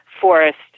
forest